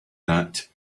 that